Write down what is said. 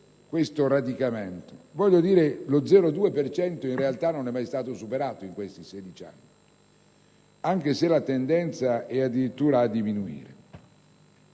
questo radicamento. Lo 0,2 per cento del PIL in realtà non è mai stato superato in questi 16 anni, e la tendenza è addirittura a diminuire;